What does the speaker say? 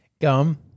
Gum